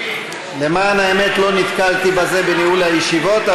למען האמת לא נתקלתי בזה בניהול הישיבות,